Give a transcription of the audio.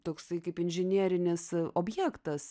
toksai kaip inžinerinis objektas